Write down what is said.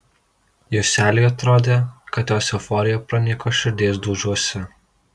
juseliui atrodė kad jos euforija pranyko širdies dūžiuose